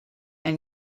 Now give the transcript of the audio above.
and